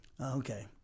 Okay